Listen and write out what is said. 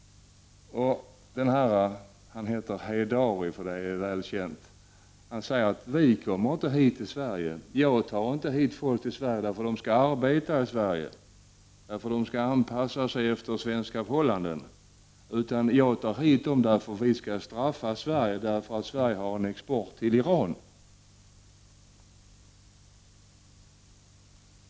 Den här mannen, som heter Heidari, vilket är välkänt, säger: Jag tar inte människor hit till Sverige för att de skall arbeta i Sverige och anpassa sig efter svenska förhållanden, utan jag tar hit dem för att vi skall straffa Sverige för sin export till Iran.